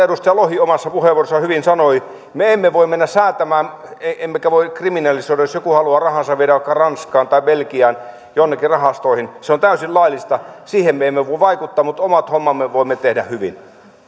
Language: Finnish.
edustaja lohi omassa puheenvuorossaan hyvin sanoi me emme voi mennä säätämään emmekä voi kriminalisoida jos joku haluaa rahansa viedä vaikka ranskaan tai belgiaan jonnekin rahastoihin se on täysin laillista siihen me emme voi vaikuttaa mutta omat hommamme voimme tehdä hyvin